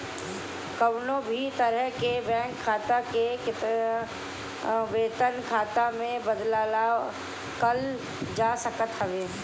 कवनो भी तरह के बैंक खाता के वेतन खाता में बदलवावल जा सकत हवे